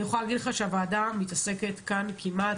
אני יכולה להגיד לך שהוועדה מתעסקת כאן כמעט